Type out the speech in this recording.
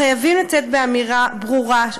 חייבים לצאת באמירה ברורה,